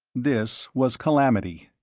this was calamity.